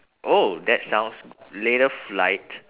oh that sounds g~ later flight